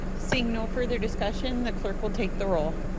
seeing no further discussion the clerk will take the roll.